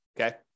Okay